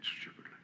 stupidly